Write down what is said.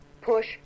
Push